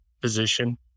position